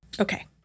Okay